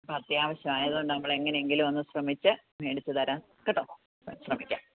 ഇപ്പോൾ അത്യാവശ്യം ആയതുകൊണ്ട് നമ്മൾ എങ്ങനെയെങ്കിലും ഒന്ന് ശ്രമിച്ച് മേടിച്ചു തരാം കേട്ടോ ശ്രമിക്കാം